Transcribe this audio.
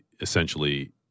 essentially